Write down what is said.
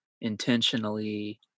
intentionally